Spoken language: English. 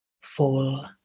full